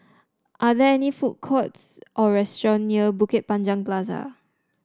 are there any food courts or restaurant near Bukit Panjang Plaza